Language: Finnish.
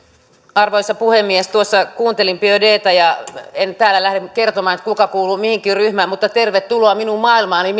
arvoisa puhemies tuossa kuuntelin biaudetta ja en täällä lähde kertomaan kuka kuuluu mihinkin ryhmään mutta tervetuloa minun maailmaani